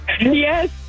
Yes